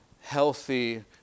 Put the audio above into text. healthy